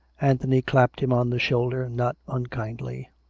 anthony clapped him on the shoulder, not unkindly.